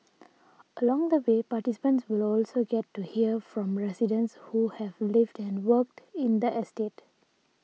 along the way participants will also get to hear from residents who have lived and worked in that estate